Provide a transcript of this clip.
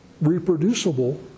reproducible